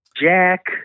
Jack